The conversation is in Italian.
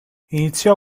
iniziò